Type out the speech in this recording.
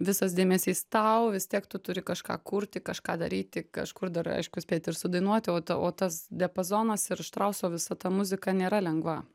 visas dėmesys tau vis tiek tu turi kažką kurti kažką daryti kažkur dar aišku spėt ir sudainuoti o ta o tas diapazonas ir štrauso visa ta muzika nėra lengva